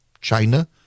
China